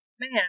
Man